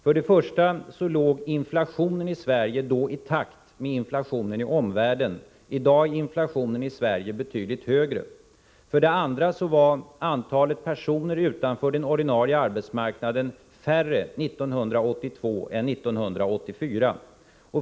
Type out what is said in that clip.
För det första låg inflationen i Sverige då i takt med inflationen i omvärlden. I dag är inflationen i Sverige betydligt högre. För det andra var antalet personer utanför den ordinarie arbetsmarknaden lägre 1982 än det är 1984.